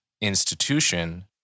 institution